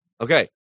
Okay